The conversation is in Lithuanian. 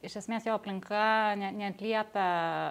iš esmės jo aplinka neatliepia